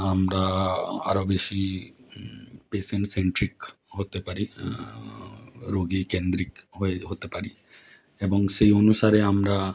আমরা আরও বেশি পেশেন্ট সেন্ট্রিক হতে পারি রুগীকেন্দ্রিক হয়ে হতে পারি এবং সেই অনুসারে আমরা